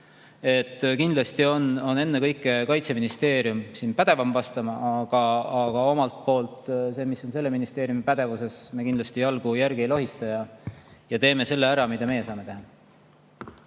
Kindlasti on ennekõike Kaitseministeerium siin pädevam vastama, aga selles, mis on meie ministeeriumi pädevuses, me kindlasti jalgu järgi ei lohista ja teeme selle ära, mida meie saame teha.